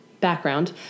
background